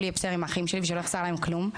יהיה בסדר עם האחים שלי ושלא יחסר להם כלום,